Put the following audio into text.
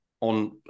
on